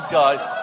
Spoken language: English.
guys